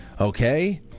Okay